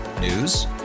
News